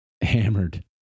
Hammered